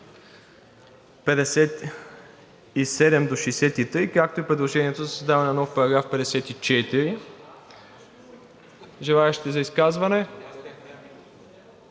57 до 63, както и предложението за създаването на нов § 54. Желаещи за изказване?